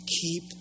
keep